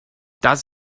das